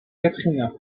katrina